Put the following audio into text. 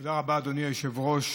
תודה רבה, אדוני היושב-ראש.